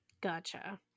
Gotcha